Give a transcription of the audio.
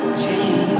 change